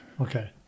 Okay